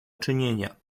czynienia